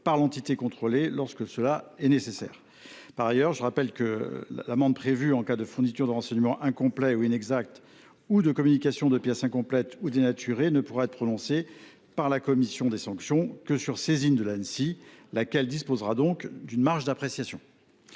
au cours du contrôle, lorsque c’est nécessaire. En outre, je rappelle que l’amende prévue en cas de fourniture de renseignements incomplets ou inexacts ou de communication de pièces incomplètes ou dénaturées ne pourra être prononcée par la commission des sanctions que sur saisine de l’Anssi, laquelle disposera donc d’une marge d’appréciation.